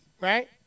right